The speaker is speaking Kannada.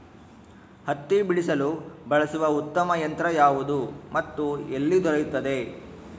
ಹತ್ತಿ ಬಿಡಿಸಲು ಬಳಸುವ ಉತ್ತಮ ಯಂತ್ರ ಯಾವುದು ಮತ್ತು ಎಲ್ಲಿ ದೊರೆಯುತ್ತದೆ?